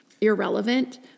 irrelevant